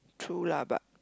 true lah but